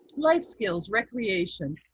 life skills, recreation.